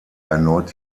erneut